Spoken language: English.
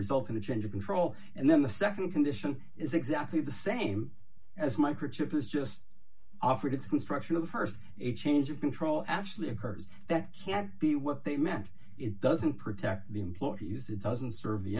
result in a change of control and then the nd condition is exactly the same as microchip is just offered its construction of the st a change of control actually occurs that can be what they meant it doesn't protect the employees it doesn't serve the